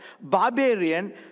barbarian